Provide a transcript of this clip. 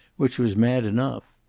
which was mad enough.